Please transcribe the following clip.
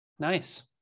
Nice